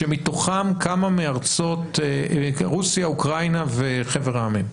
כשמתוכם כמה מארצות רוסיה, אוקראינה וחבר העמים?